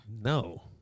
No